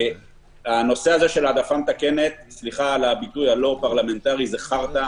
הנושא של העדפה מתקנת סליחה על הביטוי הלא פרלמנטרי זה חארטה.